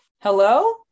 Hello